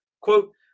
Quote